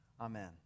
Amen